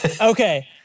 okay